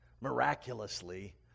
miraculously